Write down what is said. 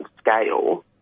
scale